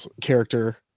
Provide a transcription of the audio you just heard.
character